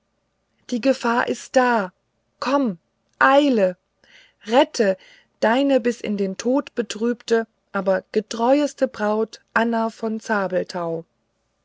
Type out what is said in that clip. die gefahr ist da komm eile rette deine bis in den tod betrübte aber getreueste braut anna von